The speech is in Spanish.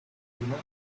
continúa